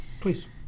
please